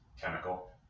chemical